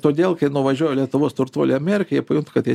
todėl kai nuvažiuoja lietuvos turtuoliai į ameriką jie pajunta kad jie